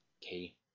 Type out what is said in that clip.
Key